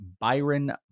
Byron